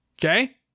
Okay